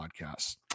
podcasts